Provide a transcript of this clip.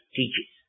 teaches